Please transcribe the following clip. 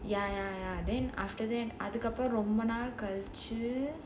ya ya ya then after that அதுக்கப்புறம் ரொம்ப நாள் கழிச்சி:adhukkappuram romba naal kalichi